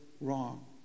wrong